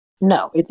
No